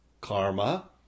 Karma